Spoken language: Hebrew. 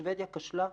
שוודיה כשלה.